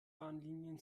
bahnlinien